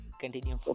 continue